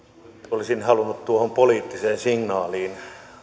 olisin halunnut tuohon poliittiseen signaaliin